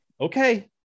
okay